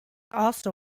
also